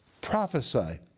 prophesy